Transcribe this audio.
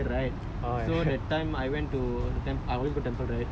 ya so there's a lot of things lah oh ya talking about engineer right